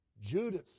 Judas